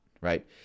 right